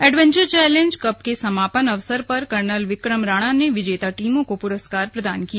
adventure challenge cup के समापन अवसर पर कर्नल विक्रम राणा ने विजेता टीमों को पुरस्कार प्रदान किए